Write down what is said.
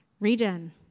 Regen